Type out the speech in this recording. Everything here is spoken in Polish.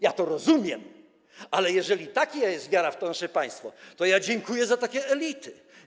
Ja to rozumiem, ale jeżeli taka jest wiara w to nasze państwo, to ja dziękuję za takie elity.